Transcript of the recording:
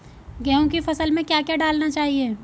गेहूँ की फसल में क्या क्या डालना चाहिए?